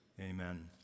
Amen